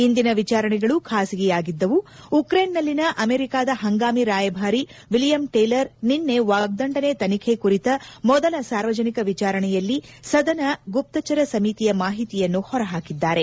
ಇಂದಿನ ವಿಚಾರಣೆಗಳು ಖಾಸಗಿಯಾಗಿದ್ದವು ಉಕ್ರೇನ್ನಲ್ಲಿನ ಅಮೆರಿಕಾದ ಹಂಗಾಮಿ ರಾಯಭಾರಿ ವಿಲಿಯಮ್ ಟೇಲರ್ ನಿನ್ನೆ ವಾಗ್ದಂಡನೆ ತನಿಖೆ ಕುರಿತ ಮೊದಲ ಸಾರ್ವಜನಿಕ ವಿಚಾರಣೆಯಲ್ಲಿ ಸದನ ಗುಪ್ತಚರ ಸಮಿತಿಯ ಮಾಹಿತಿಯನ್ನು ಹೊರಹಾಕಿದ್ದಾರೆ